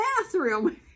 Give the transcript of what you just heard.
bathroom